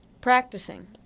Practicing